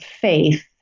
faith